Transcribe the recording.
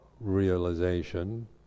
realization